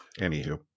Anywho